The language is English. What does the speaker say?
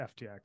FTX